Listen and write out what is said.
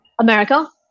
America